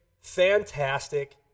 fantastic